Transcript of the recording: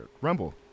Rumble